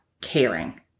caring